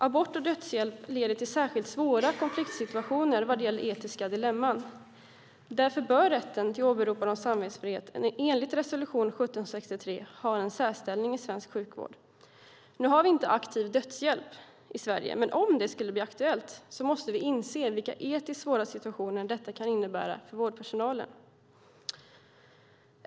Abort och dödshjälp leder till särskilt svåra konfliktsituationer vad gäller etiska dilemman, och därför bör rätten till åberopande av samvetsfrihet enligt resolution 1763 ha en särställning i svensk sjukvård. Nu har vi inte aktiv dödshjälp i Sverige, men om det skulle bli aktuellt måste vi inse vilka etiskt svåra situationer detta kan innebära för vårdpersonalen.